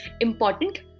important